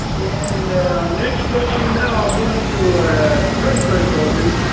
and next question now, i'm going to paraphrase all this.